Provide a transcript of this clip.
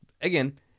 again